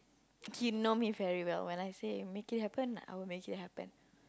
you know me very well when I say make it happen I will make it happen